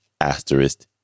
Asterisk